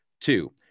Two